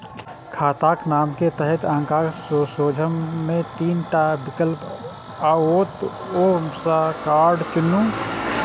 खाताक नाम के तहत अहांक सोझां मे तीन टा विकल्प आओत, ओइ मे सं कार्ड चुनू